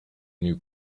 new